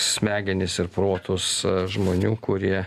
smegenis ir protus žmonių kurie